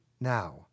now